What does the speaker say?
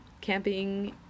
camping